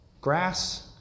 Grass